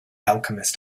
alchemist